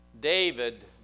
David